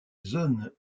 zones